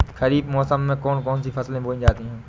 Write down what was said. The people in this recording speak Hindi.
खरीफ मौसम में कौन कौन सी फसलें बोई जाती हैं?